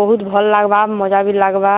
ବହୁତ୍ ଭଲ୍ ଲାଗ୍ବା ମଜା ବି ଲାଗ୍ବା